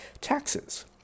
Taxes